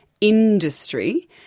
industry